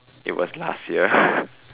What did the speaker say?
it was last year